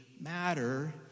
matter